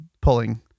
Pulling